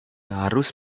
harus